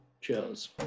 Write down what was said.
Cheers